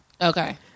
Okay